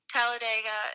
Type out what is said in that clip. Talladega